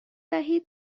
دهید